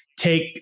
take